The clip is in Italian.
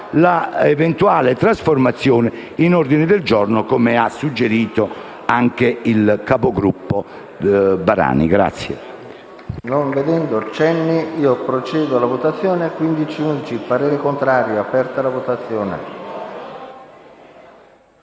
eventuale trasformazione in ordine del giorno, come ha suggerito anche il capogruppo Barani.